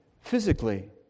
physically